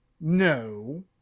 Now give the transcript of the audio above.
no